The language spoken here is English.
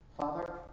Father